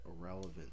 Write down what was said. irrelevant